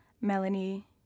Melanie